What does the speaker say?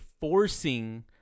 forcing